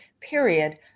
period